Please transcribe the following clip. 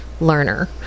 learner